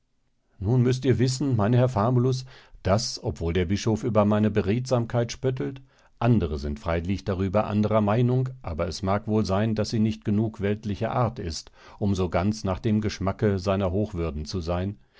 nun müßt ihr wissen mein herr famulus daß obwohl der bischof über meine beredsamkeit spöttelt andere sind freilich darüber anderer meinung aber es mag wohl sein daß sie nicht genug weltlicher art ist um so ganz nach dem geschmacke seiner hochwürdcn zu sein